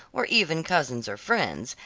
or even cousins or friends,